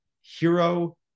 hero